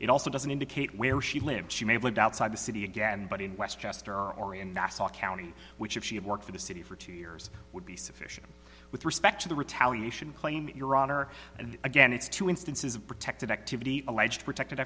it also doesn't indicate where she lived she may have lived outside the city again but in westchester or in nassau county which if she had worked for the city for two years would be sufficient with respect to the retaliation claim your honor and again it's two instances of protected activity alleged protected